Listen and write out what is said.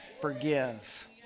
Forgive